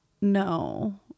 No